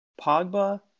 Pogba